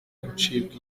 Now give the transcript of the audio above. gucibwa